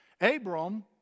Abram